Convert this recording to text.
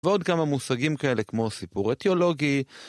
ועוד כמה המושגים כאלה כמו סיפור אטיולוגי